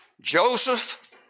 Joseph